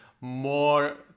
more